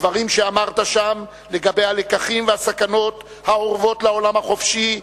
הדברים שאמרת שם לגבי הלקחים והסכנות האורבות לעולם החופשי,